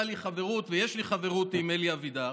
לי חברות ויש לי חברות עם אלי אבידר,